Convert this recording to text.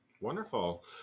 Wonderful